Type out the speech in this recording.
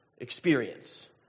experience